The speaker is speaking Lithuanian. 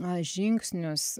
na žingsnius